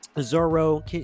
zoro